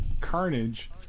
Carnage